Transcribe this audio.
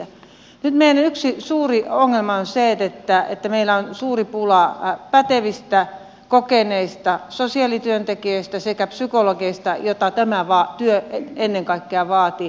nyt meidän yksi suuri ongelma on se että meillä on suuri pula pätevistä kokeneista sosiaalityöntekijöistä sekä psykologeista joita tämä työ ennen kaikkea vaatii